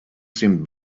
seemed